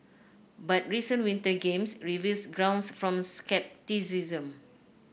but recent Winter Games reveal grounds form scepticism